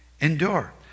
endure